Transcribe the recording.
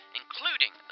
including